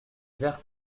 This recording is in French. vert